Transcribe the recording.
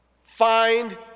find